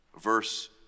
verse